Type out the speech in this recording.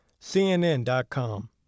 CNN.com